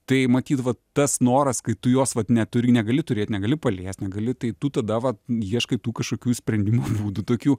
tai matyt vat tas noras kai tu jos vat neturi negali turėt negali paliest negali tai tu tada vat ieškai tų kažkokių sprendimų būdų tokių